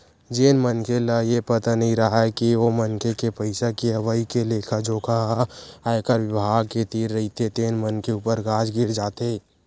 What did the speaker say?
जेन मनखे ल ये पता नइ राहय के ओ मनखे के पइसा के अवई के लेखा जोखा ह आयकर बिभाग के तीर रहिथे तेन मनखे ऊपर गाज गिर जाथे